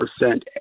percent